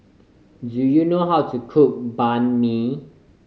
do you know how to cook Banh Mi